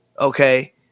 Okay